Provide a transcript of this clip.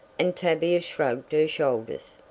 and tavia shrugged her shoulders.